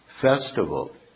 festival